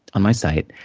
on my site,